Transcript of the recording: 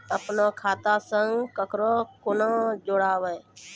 अपन खाता संग ककरो कूना जोडवै?